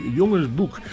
jongensboek